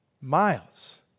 miles